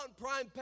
Prime